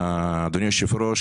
אדוני היושב-ראש,